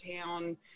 town